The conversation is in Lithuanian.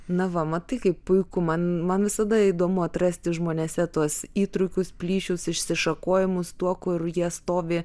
na va matai kaip puiku man man visada įdomu atrasti žmonėse tuos įtrūkius plyšius išsišakojimus tuo kur jie stovi